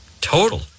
Total